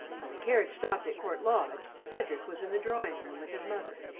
when the carriage stopped at court lodge, cedric was in the drawing-room with his mother.